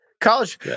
College –